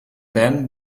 then